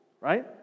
right